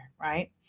right